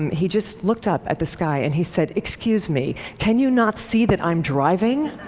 he just looked up at the sky, and he said, excuse me, can you not see that i'm driving?